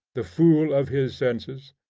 the fool of his senses,